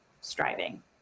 striving